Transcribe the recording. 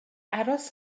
aros